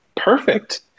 Perfect